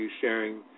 sharing